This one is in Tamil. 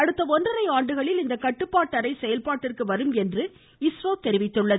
அடுத்த ஒன்றரை ஆண்டுகளில் இந்த கட்டுப்பாட்டு அறை செயல்பாட்டிற்கு வரும் என இஸ்ரோ தெரிவித்துள்ளது